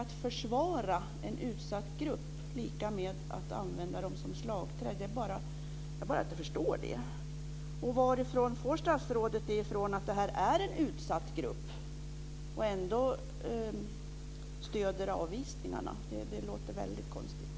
Att försvara en utsatt grupp, varför är det lika med att använda den som slagträ? Jag förstår inte det. Att detta är en utsatt grupp, varifrån får statsrådet det när hon ändå stöder avvisningarna? Det låter väldigt konstigt.